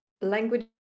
language